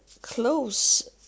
close